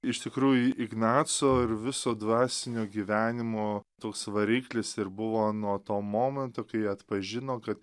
iš tikrųjų ignaco ir viso dvasinio gyvenimo toks variklis ir buvo nuo to momento kai atpažino ka